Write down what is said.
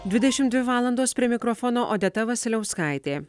dvidešimt dvi valandos prie mikrofono odeta vasiliauskaitė